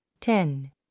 ten